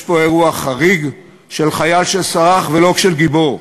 יש פה אירוע חריג של חייל שסרח, ולא של גיבור.